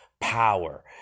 power